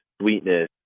sweetness